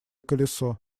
колесо